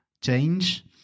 change